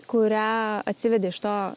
kurią atsivedė iš to